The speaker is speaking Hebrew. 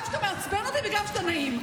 גם כשאתה מעצבן אותי וגם כשאתה נעים.